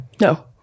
No